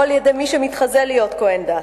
או על-ידי מי שמתחזה להיות כוהן דת.